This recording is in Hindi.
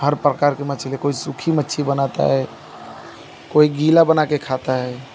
हर प्रकार की मछली कोई सूखी मच्छी बनाता है कोई गीला बनाकर खाता है